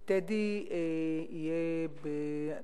ב"טדי" יהיו 30,000 מקומות ב-2013?